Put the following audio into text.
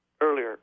earlier